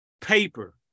paper